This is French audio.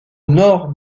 nord